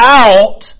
out